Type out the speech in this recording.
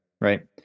Right